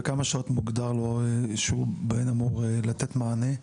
אבל כמה שעות מוגדרות לו שבהן הוא אמור לתת מענה?